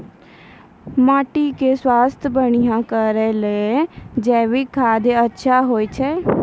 माटी के स्वास्थ्य बढ़िया करै ले जैविक खाद अच्छा होय छै?